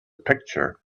picture